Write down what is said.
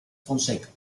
fonseca